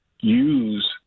use